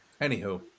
anywho